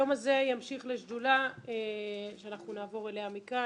היום הזה ימשיך לשדולה שאנחנו נעבור אליה מכאן,